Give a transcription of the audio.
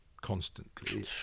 constantly